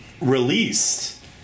released